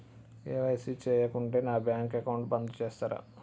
KYC చేయకుంటే నా bank account బంద్ చేస్తరా?